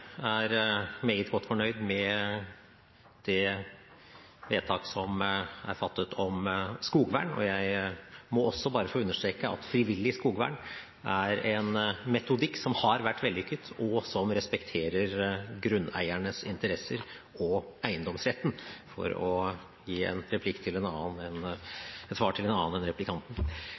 må også bare få understreke at frivillig skogvern er en metodikk som har vært vellykket, og som respekterer grunneiernes interesser – og eiendomsretten, for å gi et svar til en annen enn replikanten. Det er helt åpenbart at skal man lykkes med frivillig skogvern, må virkemiddelet være penger til